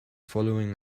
following